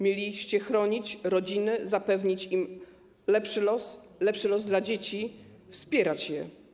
Mieliście chronić rodziny, zapewnić im lepszy los, lepszy los dla dzieci, wspierać je.